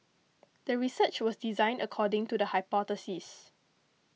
the research was designed according to the hypothesis